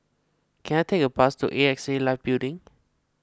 can I take a bus to A X A Life Building